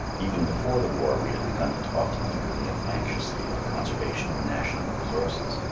even before the war we had begun to talk eagerly and anxiously of the conservation of national resources,